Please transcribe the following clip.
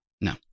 No